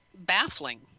baffling